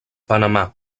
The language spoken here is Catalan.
panamà